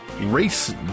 race